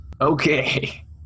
Okay